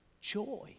joy